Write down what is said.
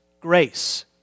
grace